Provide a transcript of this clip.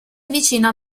avvicina